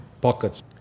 pockets